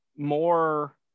More